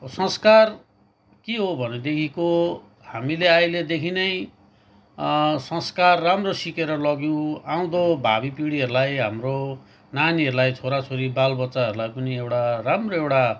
संस्कार के हो भनेदेखिको हामीले अहिलेदेखि नै संस्कार राम्रो सिकेर लग्यौँ आउँदो भावीपिँढीहरूलाई हाम्रो नानीहरूलाई छोरा छोरी बालबच्चाहरूलाई पनि एउटा राम्रो एउटा